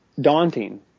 daunting